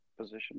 position